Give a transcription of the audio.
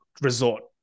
resort